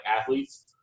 athletes